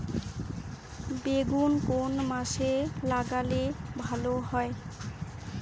বেগুন কোন মাসে লাগালে ভালো হয়?